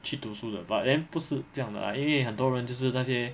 去读书的 but then 不是这样的因为很多人就是那些